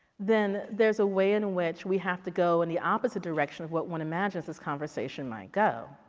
then there is a way in which we have to go in the opposite direction of what one imagines this conversation might go,